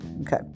okay